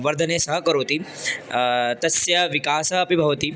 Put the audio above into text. वर्धने सहकरोति तस्य विकासः अपि भवति